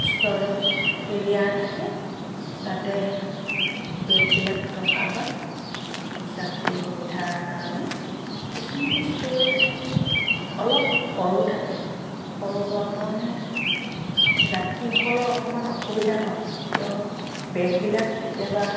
ষ্ট'ৰেল carrier থাকে তাতে বেগবিলাক ৰখা হয় যাত্ৰীৰ সুবিধাৰ কাৰণে কিছুমান ষ্ট'ৰেজ অলপ সৰু থাকে সৰু হোৱা কাৰণে যাত্ৰীসকলৰ অকণমান অসুবিধা হয় কিয়নো বেগবিলাক কেতিয়াবা